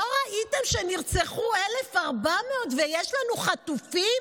לא ראיתם שנרצחו 1,400 ויש לנו חטופים?